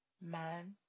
man